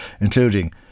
including